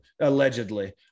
allegedly